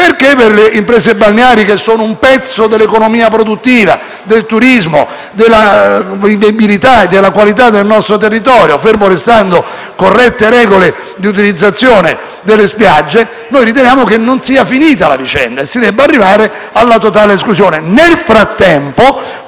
anche per le imprese balneari, che sono un pezzo dell'economia produttiva, del turismo, della vivibilità e della qualità del nostro territorio, ferme restando corrette regole di utilizzazione delle spiagge? Riteniamo che la vicenda non sia finita e che si debba arrivare alla loro totale esclusione. Nel frattempo,